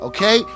Okay